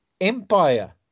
Empire